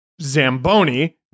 Zamboni